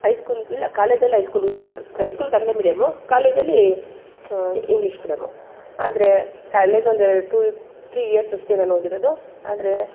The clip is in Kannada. ಹೈ ಸ್ಕೂಲ್ ಇಲ್ಲ ಕಾಲೇಜಲ್ಲಿ ಐ ಸ್ಕೂಲ್ ಇತ್ತು ಐ ಸ್ಕೂಲ್ ಕನ್ನಡ ಮೀಡಿಯಮು ಕಾಲೇಜಲ್ಲಿ ಇಂಗ್ಲೀಷ್ ಮೀಡಿಯಮು ಆದರೆ ಕಾಲೇಜ್ ಒಂದು ಎರ್ಡು ಟು ತ್ರೀ ಇಯರ್ಸ್ ಅಷ್ಟೇ ನಾನು ಓದಿರೋದು ಆದರೆ